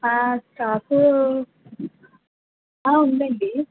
stock ఉందండి